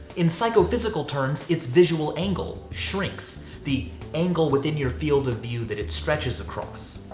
in psychophysical terms, its visual angle shrinks the angle within your field of view that it stretches across.